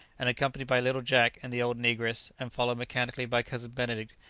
and accompanied by little jack and the old negress, and followed mechanically by cousin benedict,